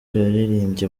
yaririmbye